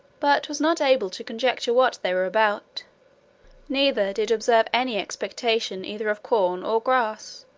but was not able to conjecture what they were about neither did observe any expectation either of corn or grass,